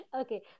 Okay